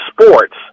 sports